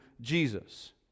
Jesus